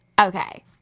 okay